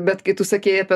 bet kai tu sakei apie